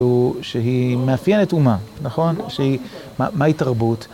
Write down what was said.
‫שהיא מאפיינת אומה, נכון? ‫שהיא... מהי תרבות?